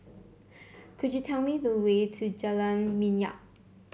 could you tell me the way to Jalan Minyak